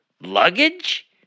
luggage